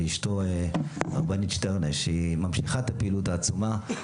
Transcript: ואישתו הרבנית שטערנא שהיא ממשיכת הפעילות העצומה,